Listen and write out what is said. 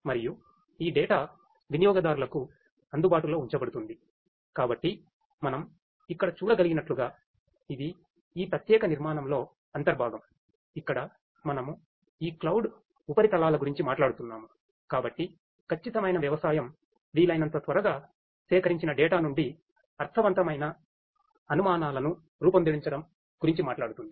మరియు క్లౌడ్ నుండి అర్ధవంతమైన అనుమానాలను రూపొందించడం గురించి మాట్లాడుతుంది